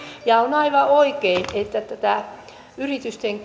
ja on aivan oikein että yritysten